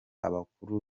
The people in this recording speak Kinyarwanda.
abakuru